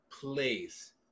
place